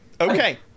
okay